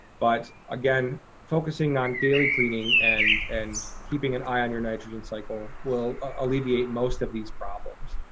but again, focusing on daily cleaning and and keeping an eye on your nitrogen cycle will ah alleviate most of these problems.